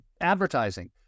advertising